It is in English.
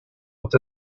with